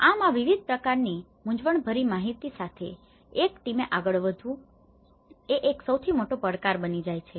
આમ આ વિવિધ પ્રકારની મુંજવણભરી માહિતી સાથે એક ટીમે team ટુકડી આગળ વધવું એ એક સૌથી મોટો પડકાર બની જાય છે